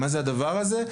מה זה הדבר הזה?